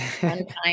unkind